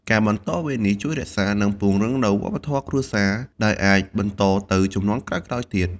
ការបន្តវេននេះជួយរក្សា និងពង្រឹងនូវវប្បធម៌គ្រួសារ ដែលអាចបន្តទៅជំនាន់ក្រោយៗទៀត។